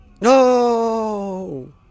No